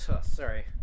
Sorry